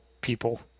people